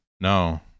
No